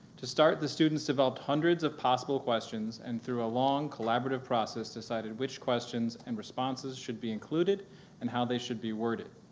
to start, the students developed hundreds of possible questions and through a long, collaborative process decided which questions and responses should be included and how they should be worded.